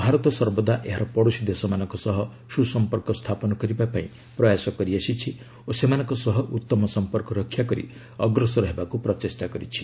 ଭାରତ ସର୍ବଦା ଏହାର ପଡୋଶୀ ଦେଶମାନଙ୍କ ସହ ସୁ ସମ୍ପର୍କ ସ୍ଥାପନ କରିବା ପାଇଁ ପ୍ରୟାସ କରିଆସିଛି ଓ ସେମାନଙ୍କ ସହ ଉତ୍ତମ ସମ୍ପର୍କ ରକ୍ଷାକରି ଅଗ୍ରସର ହେବାକୁ ପ୍ରଚେଷ୍ଟା କରିଛି